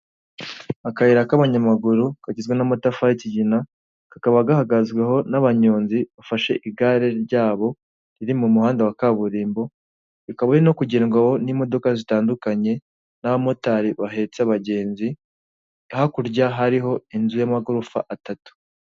Akayira k'abanyamaguru kagizwe n'amatafari y'ikigina, ka kaba gahagazweho n'abanyonzi bafashe igare ryabo riri mu muhanda wa kaburimbo, ukaba uri no kugendwaho n'imodoka zitandukanye n'abamotari bahetse abagenzi, hakurya hariho inzu y'amagorofa atatu.